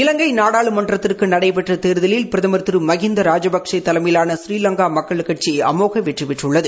இலங்கை நாடாளுமன்றத்துக்கு நடைபெற்ற தேர்தலில் பிரதமர் திரு மகிந்தா ராஜபக்ஷே தலைமையிலான ஸ்ரீலங்கா மக்கள் கட்சி அமோக வெற்றிபெற்றுள்ளது